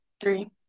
three